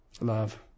Love